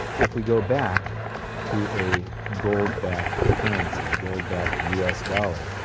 if we go back to a gold-backed currency, gold-backed us dollar,